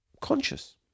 conscious